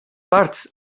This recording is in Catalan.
parts